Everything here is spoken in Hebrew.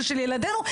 של ילדינו,